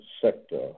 sector